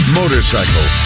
motorcycle